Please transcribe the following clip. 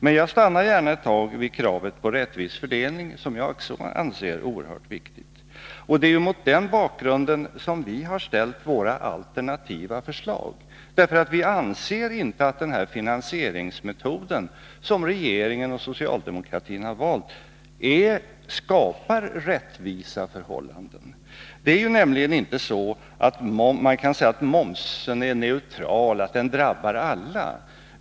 Men jag stannar gärna ett tag vid kravet på rättvis fördelning, som jag också anser vara oerhört viktigt. Det är ju mot den bakgrunden som vi har ställt våra alternativa förslag. Vi anser inte att den finansieringsmetod, som regeringen och socialdemokratin har valt, skapar rättvisa förhållanden. Det är nämligen inte så att momsen är neutral, att den drabbar alla.